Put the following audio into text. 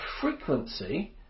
frequency